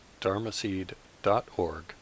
dharmaseed.org